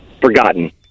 forgotten